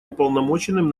уполномоченным